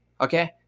Okay